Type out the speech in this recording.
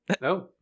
No